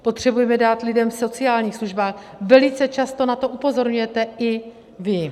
Potřebujeme dát lidem v sociálních službách, velice často na to upozorňujete i vy.